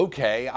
Okay